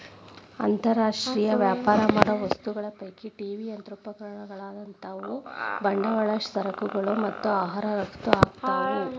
ಅಂತರ್ ರಾಷ್ಟ್ರೇಯ ವ್ಯಾಪಾರ ಮಾಡೋ ವಸ್ತುಗಳ ಪೈಕಿ ಟಿ.ವಿ ಯಂತ್ರೋಪಕರಣಗಳಂತಾವು ಬಂಡವಾಳ ಸರಕುಗಳು ಮತ್ತ ಆಹಾರ ರಫ್ತ ಆಕ್ಕಾವು